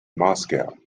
moscow